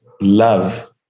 love